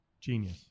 genius